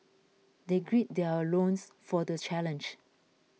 they gird their loins for the challenge